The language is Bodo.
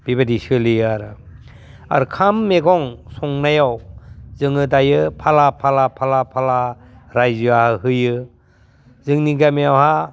बेबायदि सोलियो आरो आरो खाम मैगं संनायाव जोङो दायो फाला फाला फाला फाला रायजोआ होयो जोंनि गामियावहा